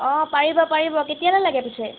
অঁ পাৰিব পাৰিব কেতিয়ালৈ লাগে পিছে